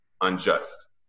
unjust